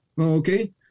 Okay